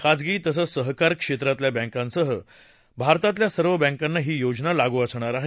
खासगी तसंच सहकार क्षेत्रातल्या बँकासह भारतातल्या सर्व बँकाना ही योजना लागू असणार आहे